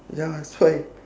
ya that's why